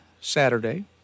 Saturday